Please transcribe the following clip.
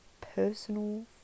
personal